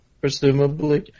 Presumably